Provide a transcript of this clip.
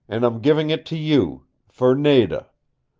and i'm giving it to you for nada.